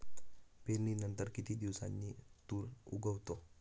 पेरणीनंतर किती दिवसांनी तूर उगवतो?